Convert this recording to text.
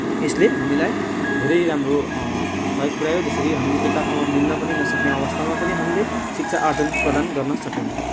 यसले हामीलाई धेरै राम्रो सहयोग पुऱ्यायो जसरी हामीले एकअर्कामा मिल्न पनि नसक्ने अवस्थामा पनि हामीले शिक्षा आर्जन प्रदान गर्नसक्यौँ